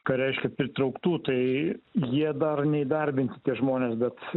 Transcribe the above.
ką reiškia pritrauktų tai jie dar neįdarbinti tie žmonės bet